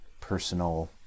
personal